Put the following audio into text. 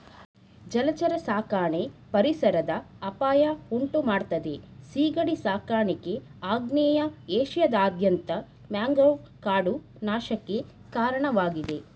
ಜಲಚರ ಸಾಕಣೆ ಪರಿಸರದ ಅಪಾಯ ಉಂಟುಮಾಡ್ತದೆ ಸೀಗಡಿ ಸಾಕಾಣಿಕೆ ಆಗ್ನೇಯ ಏಷ್ಯಾದಾದ್ಯಂತ ಮ್ಯಾಂಗ್ರೋವ್ ಕಾಡು ನಾಶಕ್ಕೆ ಕಾರಣವಾಗಿದೆ